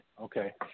okay